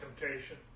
temptation